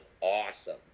awesome